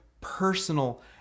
personal